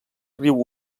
riu